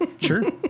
sure